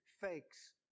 fakes